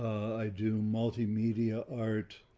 i do multimedia art,